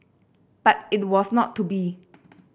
but it was not to be